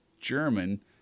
German